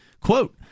Quote